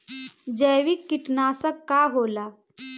जैविक कीटनाशक का होला?